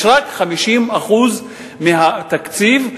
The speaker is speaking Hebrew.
יש רק 50% מהתקציב,